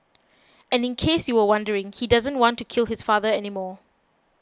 and in case you were wondering he doesn't want to kill his father anymore